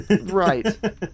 Right